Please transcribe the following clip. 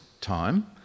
time